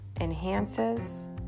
enhances